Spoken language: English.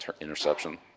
interception